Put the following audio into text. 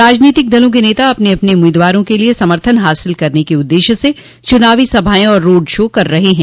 राजनीति दलों के नेता अपने अपने उम्मीदवारों के लिये समर्थन हासिल करने के उददेश्य से चुनावी सभाएं और रोड शो कर रहे हैं